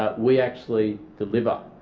ah we actually deliver.